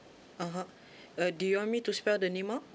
(uh huh) uh do you want me to spell the name out